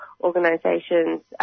organisations